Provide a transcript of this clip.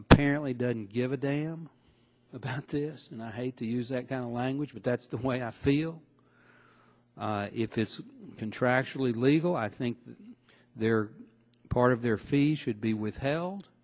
apparently doesn't give a damn about this and i hate to use that kind of language but that's the way i feel if it's contractually legal i think their part of their fees should be withheld